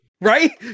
Right